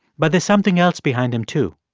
but there's something else behind him, too,